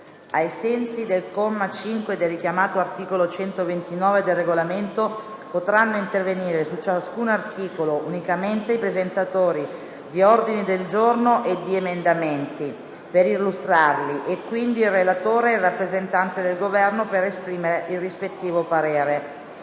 ai sensi del comma 5 dell'articolo 129 del Regolamento, potranno intervenire su ciascun articolo unicamente i presentatori di ordini del giorno e di emendamenti per illustrarli e quindi il relatore ed il rappresentante del Governo per esprimere il rispettivo parere.